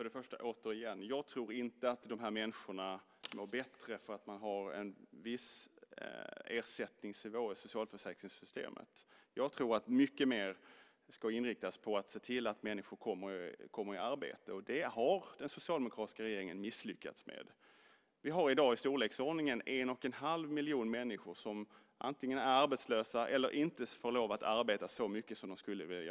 Herr talman! Återigen: Jag tror inte att dessa människor mår bättre av att man har en viss ersättningsnivå i socialförsäkringssystemet. I stället måste vi inrikta oss mycket mer på att få människor i arbete. Det har den socialdemokratiska regeringen misslyckats med. Vi har i dag i storleksordningen en och en halv miljon människor som antingen är arbetslösa eller inte får arbeta så mycket som de skulle vilja.